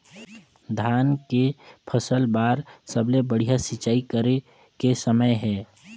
धान के फसल बार सबले बढ़िया सिंचाई करे के समय हे?